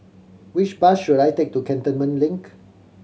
which bus should I take to Cantonment Link